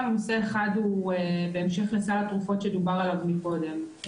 נושא אחד הוא בהמשך לסל התרופות שדובר עליו מקודם,